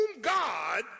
God